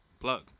Plug